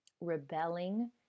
rebelling